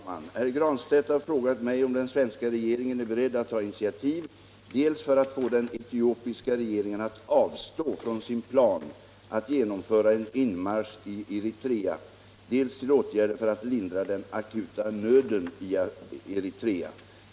Herr talman! Herr Granstedt har frågat mig om den svenska regeringen är beredd att ta initiativ, dels för att få den etiopiska regeringen att avstå från sin plan att genomföra en inmarsch i Eritrea, dels till åtgärder för att lindra den akuta nöden i Eritrea.